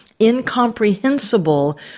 incomprehensible